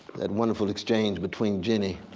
that wonderful exchange between jenny,